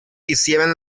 hicieran